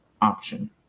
option